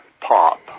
Pop